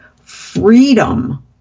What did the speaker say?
freedom